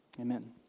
amen